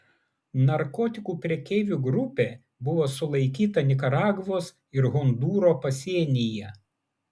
narkotikų prekeivų grupė buvo sulaikyta nikaragvos ir hondūro pasienyje